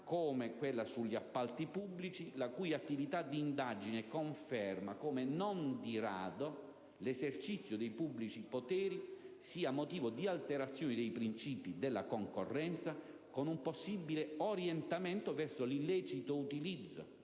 come quella sugli appalti pubblici, la cui attività di indagine conferma come, non di rado, l'esercizio dei pubblici poteri sia motivo di alterazione dei principi della concorrenza, con un possibile orientamento verso l'illecito utilizzo